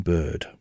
Bird